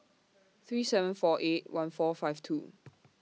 three seven four eight one four five two